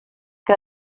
que